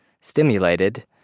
stimulated